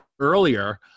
Earlier